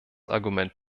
argument